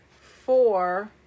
four